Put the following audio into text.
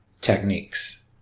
techniques